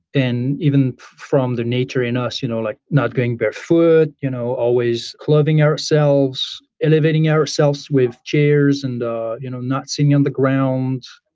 even from the nature in us. you know like not going barefoot, you know always clothing ourselves, elevating ourselves with chairs and you know not sitting on the ground,